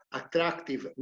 attractive